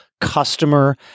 customer